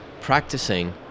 practicing